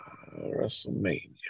WrestleMania